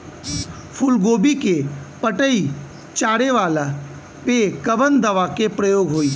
फूलगोभी के पतई चारे वाला पे कवन दवा के प्रयोग होई?